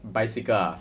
bicycle ah